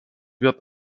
wird